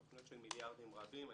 תוכניות של מיליארדים רבים.